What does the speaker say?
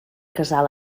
casal